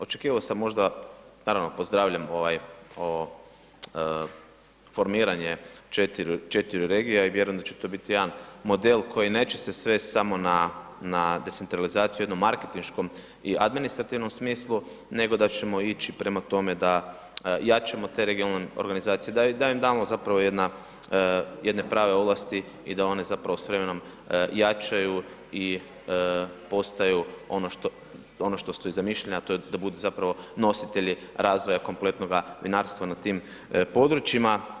Očekivao sam možda, naravno pozdravljam ovaj formiranje 4 regija i vjerujem da će to biti jedan model koji neće se svest samo na decentralizaciju u jednom marketinškom i administrativnom smislu nego da ćemo ići prema tome da jačamo te regionalne organizacije, da im damo zapravo jedna, jedne prave ovlasti i da one zapravo s vremenom jačaju i postaju ono što su i zamišljena, a to je da budu zapravo nositelji razvoja kompletnoga vinarstva na tim područjima.